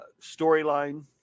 storyline